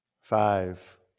five